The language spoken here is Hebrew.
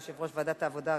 יושב-ראש ועדת העבודה,